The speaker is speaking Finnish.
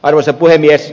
arvoisa puhemies